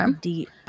Deep